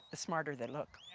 the smarter they look.